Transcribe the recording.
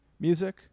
music